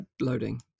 loading